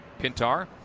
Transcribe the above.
Pintar